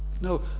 No